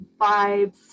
vibes